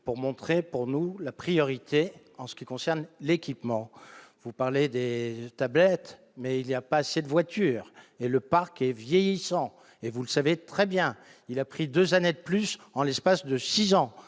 pour montrer, pour nous la priorité en ce qui concerne l'équipement, vous parlez des États bête mais il y a pas assez de voitures et le parc qui est vieillissant et vous le savez très bien, il a pris 2 années de plus, en l'espace de 6 ans,